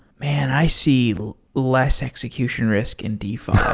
man! i see less execution risk in defi.